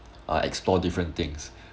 uh explore different things